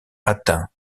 atteints